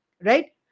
Right